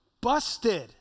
busted